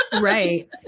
Right